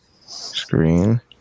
screen